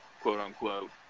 quote-unquote